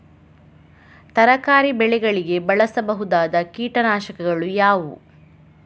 ತರಕಾರಿ ಬೆಳೆಗಳಿಗೆ ಬಳಸಬಹುದಾದ ಕೀಟನಾಶಕಗಳು ಯಾವುವು?